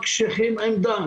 מקשיחים עמדה,